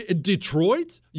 Detroit